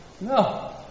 No